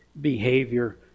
behavior